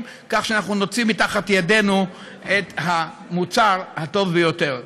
כדי שאנחנו נוציא מתחת ידינו את המוצר הטוב ביותר.